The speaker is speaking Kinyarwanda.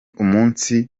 umunsi